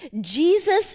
Jesus